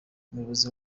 umuyobozi